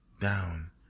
down